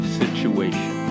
situation